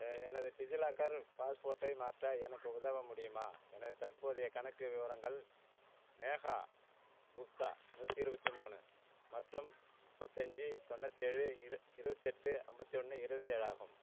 எனது டிஜிலாக்கர் பாஸ்வேர்ட்டை மாற்ற எனக்கு உதவ முடியுமா எனது தற்போதைய கணக்கு விவரங்கள் நேஹா குப்தா நூற்றி இருபத்தி மூணு மற்றும் முப்பத்தஞ்சு தொண்ணூத்தேழு இரு இருபத்தெட்டு ஐம்பத்தி ஒன்று இருபத்தேழாகும்